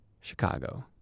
Chicago